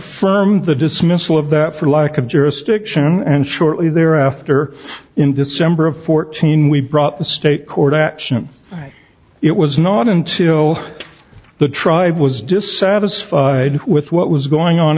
affirmed the dismissal of that for lack of jurisdiction and shortly thereafter in december of fourteen we brought the state court action it was not until the tribe was dissatisfied with what was going on